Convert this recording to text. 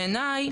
בעיניי,